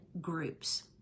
groups